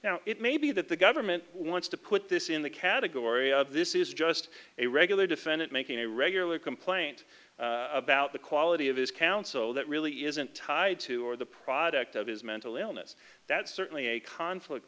now it may be that the government wants to put this in the category of this is just a regular defendant making a regular complaint about the quality of his counsel that really isn't tied to or the product of his mental illness that's certainly a conflict